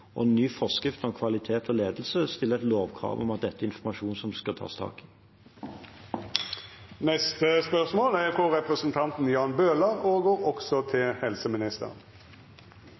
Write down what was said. og ny forskrift om kvalitet og ledelse stiller et lovkrav om at dette er informasjon det skal tas tak i. Jeg tillater meg å stille følgende spørsmål